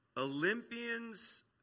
Olympians